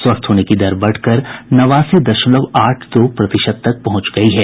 स्वस्थ होने की दर बढ़कर नवासी दशमलव आठ दो प्रतिशत तक पहुंच गयी है